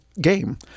game